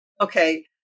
okay